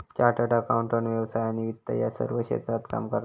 chartered accountant व्यवसाय आणि वित्त या सर्व क्षेत्रात काम करता